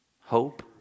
hope